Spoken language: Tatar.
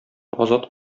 азат